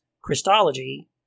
Christology